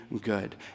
good